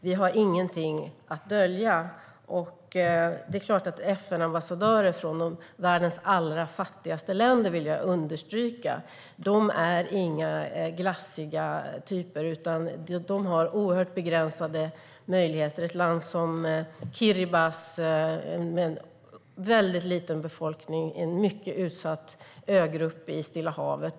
Vi har ingenting att dölja. Jag vill understryka att FN-ambassadörer från världens allra fattigaste länder inte är några glassiga typer utan har oerhört begränsade möjligheter. Vi har ett land som Kiribati, som har en väldigt liten befolkning och som är en mycket utsatt ögrupp i Stilla havet.